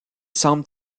semble